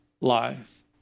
life